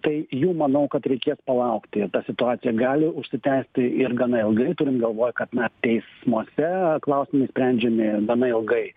tai jų manau kad reikės palaukti ir ta situacija gali užsitęsti ir gana ilgai turint galvoj kad na teismuose klausimai sprendžiami gana ilgai